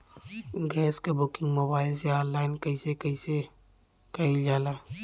Gas क booking mobile से online कईसे कईल जाला?